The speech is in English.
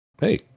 hey